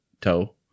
toe